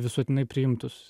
visuotinai priimtus